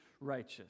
righteous